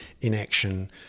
inaction